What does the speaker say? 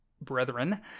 brethren